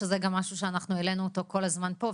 שזה גם משהו שאנחנו העלנו אותו כל הזמן פה,